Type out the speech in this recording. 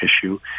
issue